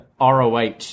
ROH